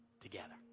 together